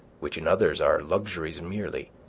which in others are luxuries merely,